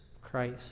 Christ